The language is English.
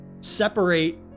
separate